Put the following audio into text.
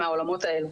מהעולמות האלו.